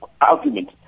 argument